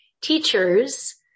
teachers